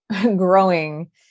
growing